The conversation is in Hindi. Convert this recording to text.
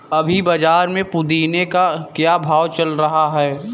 अभी बाज़ार में पुदीने का क्या भाव चल रहा है